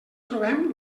trobem